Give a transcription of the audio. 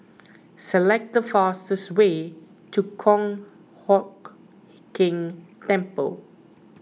select the fastest way to Kong Hock Keng Temple